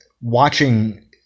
watching